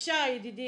בבקשה ידידי,